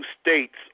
states